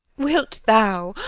wilt thou,